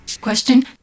Question